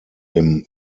dem